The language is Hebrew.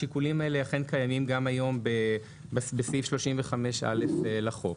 השיקולים האלה אכן קיימים גם היום בסעיף 35(א) לחוק.